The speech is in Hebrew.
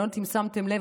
אני לא יודעת אם שמתם לב,